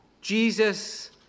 Jesus